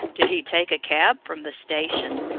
did he take a cab from the station?